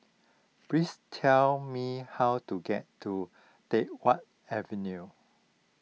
please tell me how to get to Teck Whye Avenue